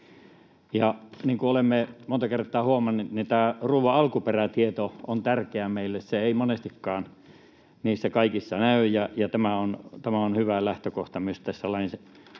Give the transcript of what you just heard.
kuin olemme monta kertaa huomanneet, niin tämä ruoan alkuperätieto on tärkeää meille. Se ei monestikaan niissä kaikissa näy, ja tämä on hyvä lähtökohta myös tässä lain uudistuksessa.